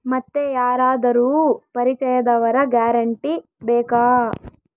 ಮತ್ತೆ ಯಾರಾದರೂ ಪರಿಚಯದವರ ಗ್ಯಾರಂಟಿ ಬೇಕಾ?